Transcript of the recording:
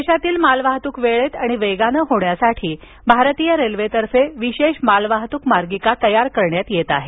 देशातील मालवाहतूक वेळेत आणि वेगानं होण्यासाठी भारतीय रेल्वेतर्फे विशेष मालवाहतूक मार्गिका तयार करण्यात येत आहेत